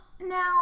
now